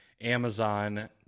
Amazon